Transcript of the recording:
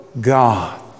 God